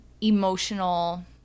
emotional